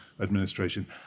administration